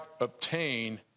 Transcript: obtain